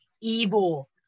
evil